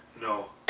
no